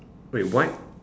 wait what